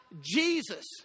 Jesus